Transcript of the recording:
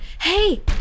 Hey